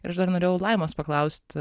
ir aš dar norėjau laimos paklausti